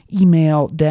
email